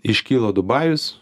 iškilo dubajus